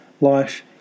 life